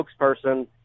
spokesperson